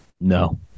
No